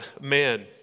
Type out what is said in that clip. man